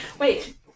Wait